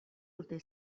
urte